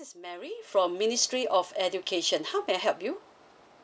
is mary from ministry of education how may I help you